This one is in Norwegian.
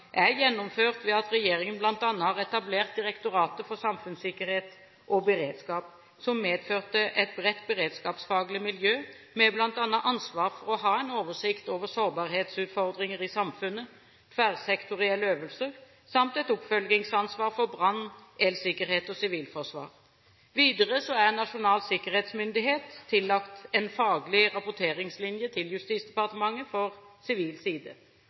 er gjennomført ved at regjeringen bl.a. har etablert Direktoratet for samfunnssikkerhet og beredskap, som medførte et bredt beredskapsfaglig miljø med bl.a. ansvar for å ha en oversikt over sårbarhetsutfordringer i samfunnet, tverrsektorielle øvelser samt et oppfølgingsansvar for brann- og elsikkerhet og sivilforsvar. Videre er Nasjonal sikkerhetsmyndighet tillagt en faglig rapporteringslinje til Justisdepartementet for sivil side.